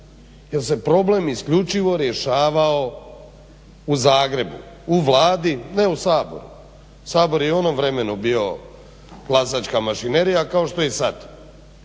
jer se problem isključivo rješavao u Zagrebu, u Vladi, ne u Saboru. Sabor je u onom vremenu bio glasačka mašinerija kao što je i sad,